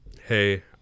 hey